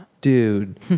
Dude